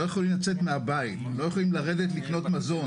לא יכולים לצאת מהבית, לא יכולים לרדת לקנות מזון.